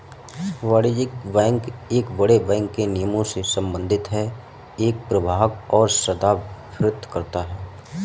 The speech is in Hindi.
वाणिज्यिक बैंक एक बड़े बैंक के निगमों से संबंधित है एक प्रभाग को संदर्भित करता है